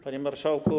Panie Marszałku!